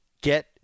get